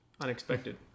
unexpected